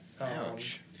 Ouch